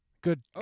Good